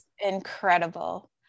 incredible